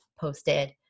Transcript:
posted